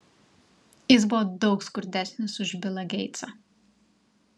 jis buvo daug skurdesnis už bilą geitsą